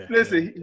Listen